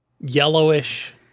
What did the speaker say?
yellowish